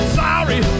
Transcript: sorry